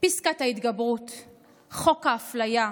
'פסקת ההתגברות'; 'חוק האפליה',